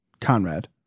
Conrad